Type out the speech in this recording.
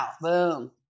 Boom